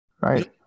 Right